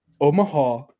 Omaha